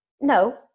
No